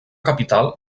capital